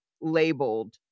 labeled